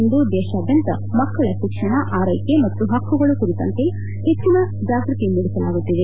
ಇಂದು ದೇಶಾದ್ದಂತ ಮಕ್ಕಳ ಶಿಕ್ಷಣ ಆರೈಕೆ ಮತ್ತು ಹಕ್ಕುಗಳ ಕುರಿತಂತೆ ಹೆಚ್ಚಿನ ಜಾಗೃತಿ ಮೂಡಿಸಲಾಗುತ್ತಿದೆ